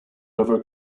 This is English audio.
river